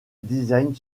design